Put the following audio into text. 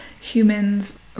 humans